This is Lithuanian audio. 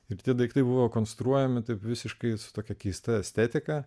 ir kiti daiktai buvo konstruojami taip visiškai su tokia keista estetika